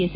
S